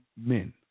men